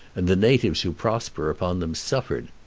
and the natives who prosper upon them suffered.